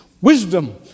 Wisdom